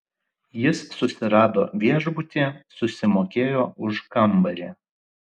jis susirado viešbutį susimokėjo už kambarį